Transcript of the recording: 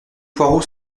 poireaux